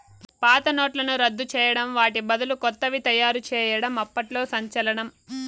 పాత నోట్లను రద్దు చేయడం వాటి బదులు కొత్తవి తయారు చేయడం అప్పట్లో సంచలనం